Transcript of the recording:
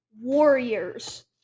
warriors